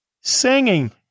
Singing